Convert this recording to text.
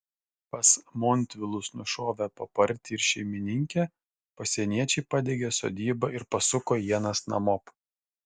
pas montvilus nušovę papartį ir šeimininkę pasieniečiai padegė sodybą ir pasuko ienas namop